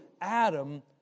Adam